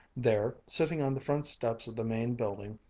there, sitting on the front steps of the main building,